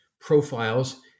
profiles